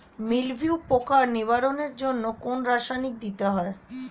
মিলভিউ পোকার নিবারণের জন্য কোন রাসায়নিক দিতে হয়?